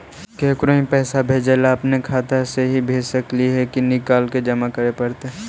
केकरो ही पैसा भेजे ल अपने खाता से ही भेज सकली हे की निकाल के जमा कराए पड़तइ?